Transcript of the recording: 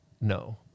No